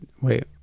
wait